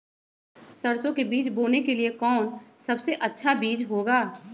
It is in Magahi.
सरसो के बीज बोने के लिए कौन सबसे अच्छा बीज होगा?